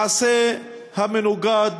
מעשה המנוגד